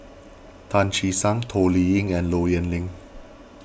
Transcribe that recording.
Tan Che Sang Toh Liying and Low Yen Ling